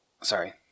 Sorry